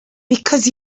because